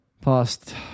past